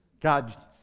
God